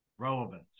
Relevance